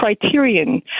criterion